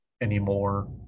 anymore